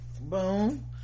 Boom